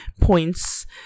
points